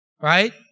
right